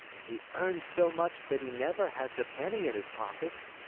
he earns so much that he never has a penny in his pockets.